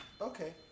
okay